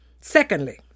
Secondly